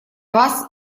вас